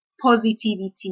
Positivity